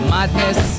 Madness